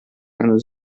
eine